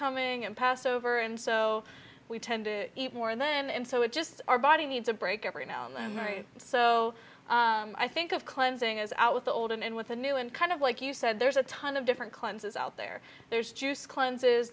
coming and passover and so we tend to eat more then and so it just our body needs a break every now and then right so i think of cleansing as out with the old and with the new and kind of like you said there's a ton of different cleanses out there there's juice cleanse